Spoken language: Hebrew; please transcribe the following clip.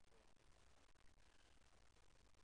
מה מבחינתנו האתגרים המשמעותיים